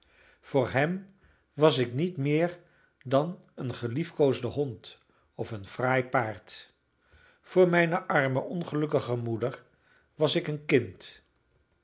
voor hem was ik niet meer dan een geliefkoosde hond of een fraai paard voor mijne arme ongelukkige moeder was ik een kind